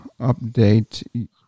update